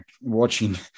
watching